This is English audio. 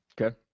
Okay